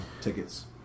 tickets